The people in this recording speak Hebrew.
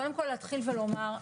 קודם כל להתחיל ולומר,